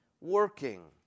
working